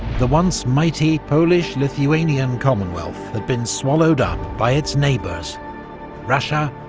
the once mighty polish-lithuanian commonwealth had been swallowed up by its neighbours russia,